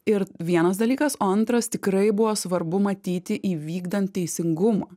ir vienas dalykas o antras tikrai buvo svarbu matyti įvykdant teisingumą